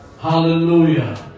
Hallelujah